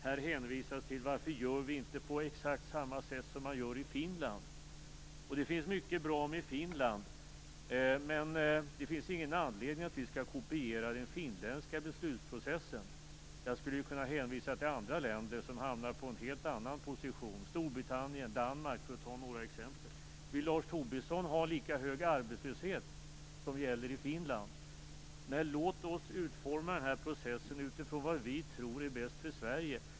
Här hänvisas till varför vi inte gör på exakt samma sätt som i Finland. Det finns mycket bra med Finland. Men det finns ingen anledning att vi skall kopiera den finländska beslutsprocessen. Jag skulle kunna hänvisa till andra länder som hamnar på en helt annan position. Storbritannien och Danmark är några exempel. Vill Lars Tobisson ha lika hög arbetslöshet som i Finland? Låt oss utforma den här processen med utgångspunkt i vad vi tror är bäst för Sverige.